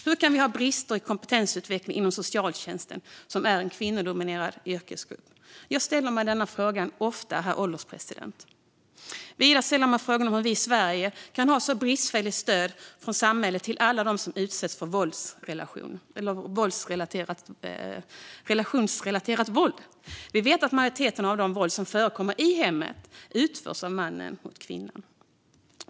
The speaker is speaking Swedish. Hur kan vi ha brister i kompetensutveckling inom socialtjänsten, som är en kvinnodominerad yrkesgrupp? Jag ställer mig ofta dessa frågor, herr ålderspresident. Vidare ställer jag mig frågan hur vi i Sverige kan ha så bristfälligt stöd från samhället till alla dem som utsätts för relationsvåld. Vi vet att största delen av det våld som förekommer i hemmet utförs av mannen mot kvinnan.